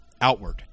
outward